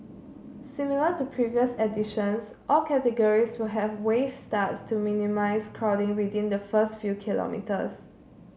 similar to previous editions all categories will have wave starts to minimise crowding within the first few kilometres